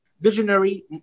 visionary